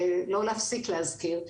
ולא להפסיק להזכיר,